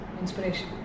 inspiration